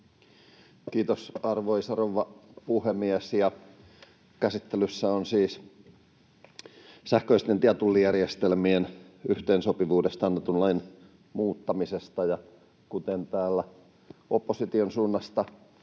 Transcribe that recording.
Kiitos, arvoisa rouva puhemies! Käsittelyssä on siis laki sähköisten tietullijärjestelmien yhteensopivuudesta annetun lain muuttamisesta. Kuten täällä opposition suunnasta